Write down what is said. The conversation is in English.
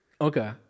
okay